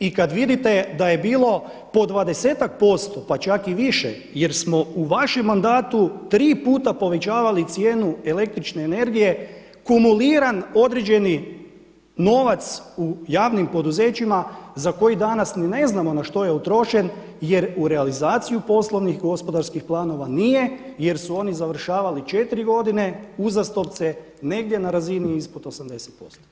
I kada vidite da je bilo po dvadesetak posto pa čak i više jer smo u vašem mandatu tri puta povećali cijenu električne energije, kumuliran određeni novac u javnim poduzećima za koji danas ni ne znamo na što je utrošen jer u realizaciju poslovnih gospodarskih planova nije jer su oni završavali četiri godine uzastopce negdje na razini ispod 80%